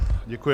Děkuji.